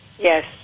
Yes